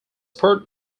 part